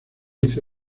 dice